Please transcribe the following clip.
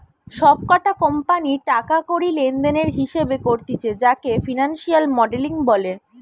সব কটা কোম্পানির টাকা কড়ি লেনদেনের হিসেবে করতিছে যাকে ফিনান্সিয়াল মডেলিং বলে